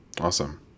Awesome